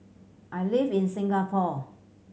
I live in Singapore